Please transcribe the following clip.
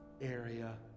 area